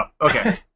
okay